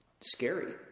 scary